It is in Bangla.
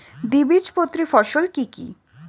দ্বিবীজপত্রী ফসল কি কি?